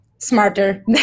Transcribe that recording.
Smarter